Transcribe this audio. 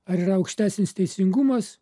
ar yra aukštesnis teisingumas